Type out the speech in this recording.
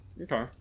Okay